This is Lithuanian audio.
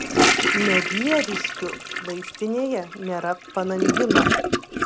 nevieriškių vaistinėje nėra panangino